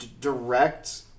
direct